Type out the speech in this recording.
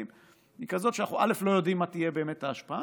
היא כזאת שאנחנו לא יודעים מה תהיה ההשפעה,